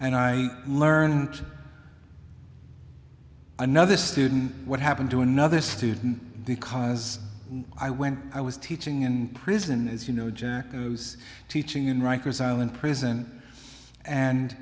and i learn another student what happened to another student because i went i was teaching in prison as you know jack knows teaching in rikers island prison and